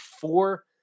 four